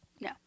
No